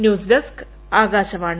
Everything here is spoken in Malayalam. news desk Akashvani